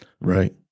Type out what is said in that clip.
Right